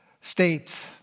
states